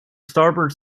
starboard